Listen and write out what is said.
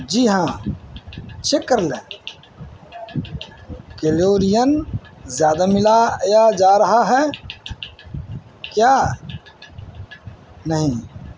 جی ہاں چیک کر لیں کیلورین زیادہ ملایا جا رہا ہے کیا نہیں